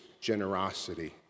generosity